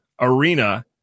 Arena